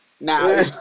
Now